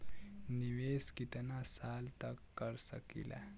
निवेश कितना साल तक कर सकीला?